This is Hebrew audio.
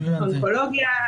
אונקולוגיה,